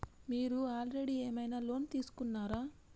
మీరు ఆల్రెడీ ఏమైనా లోన్ తీసుకున్నారా?